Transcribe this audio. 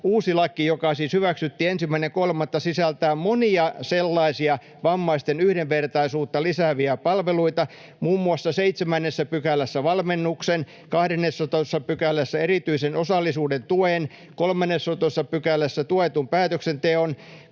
uusi laki, joka siis hyväksyttiin 1.3., sisältää monia vammaisten yhdenvertaisuutta lisääviä palveluita, muun muassa 7 §:ssä valmennuksen, 12 §:ssä erityisen osallisuuden tuen, 13 §:ssä tuetun päätöksenteon,